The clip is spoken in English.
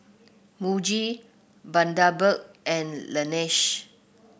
Muji Bundaberg and Laneige